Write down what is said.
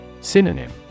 Synonym